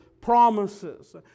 promises